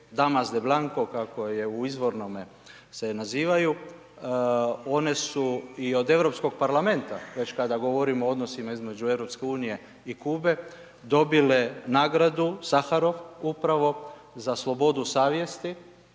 Damast de blanko, kako je u izvornome se nazivaju, one su i od Europskog parlamenta, već kada govorimo o odnosima između EU i Kube, dobile nagradu Saharov, upravo za slobodu savjesti,